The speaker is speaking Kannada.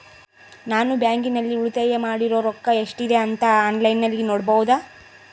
ನಾನು ಬ್ಯಾಂಕಿನಲ್ಲಿ ಉಳಿತಾಯ ಮಾಡಿರೋ ರೊಕ್ಕ ಎಷ್ಟಿದೆ ಅಂತಾ ಆನ್ಲೈನಿನಲ್ಲಿ ನೋಡಬಹುದಾ?